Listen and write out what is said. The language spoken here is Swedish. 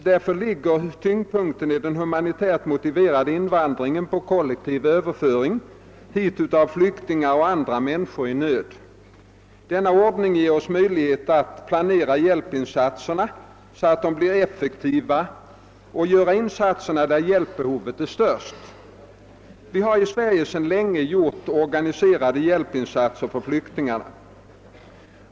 Därför ligger tyngdpunkten i den humanitärt motiverade invandringen på kollektiv överföring hit av flyktingar och andra människor i nöd. Denna ordning ger oss möjlighet att planera hjälpinsatserna så att de blir effektiva och att göra insatserna där hjälpbehovet är störst. Vi har i Sverige sedan länge gjort organiserade hjälpinsatser för flyktingar.